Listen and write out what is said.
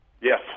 Yes